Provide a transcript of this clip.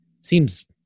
Seems